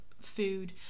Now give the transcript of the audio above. food